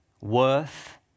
worth